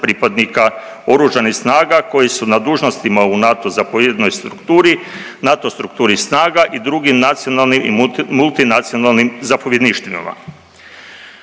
pripadnika oružanih snaga koji su na dužnostima u NATO zapovjednoj strukturi, NATO strukturi snaga i drugim nacionalnim i multinacionalnim zapovjedništvima.